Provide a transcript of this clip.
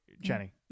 Jenny